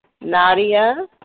Nadia